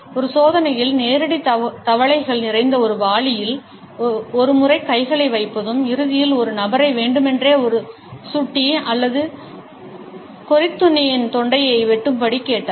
ஒரு சோதனையில் நேரடி தவளைகள் நிறைந்த ஒரு வாளியில் ஒரு முறை கைகளை வைப்பதும் இறுதியில் ஒரு நபரை வேண்டுமென்றே ஒரு சுட்டி அல்லது கொறித்துண்ணியின் தொண்டையை வெட்டும்படி கேட்டார்